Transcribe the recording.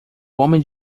homem